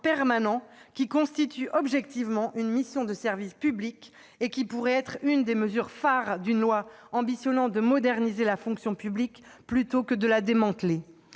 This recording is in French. qui constitue objectivement une mission de service public. Il pourrait s'agir de l'une des mesures phares d'une loi ayant pour ambition de moderniser la fonction publique, plutôt que de la démanteler.